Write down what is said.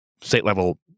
state-level